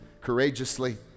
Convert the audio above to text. courageously